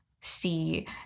see